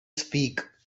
speak